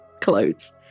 clothes